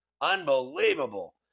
unbelievable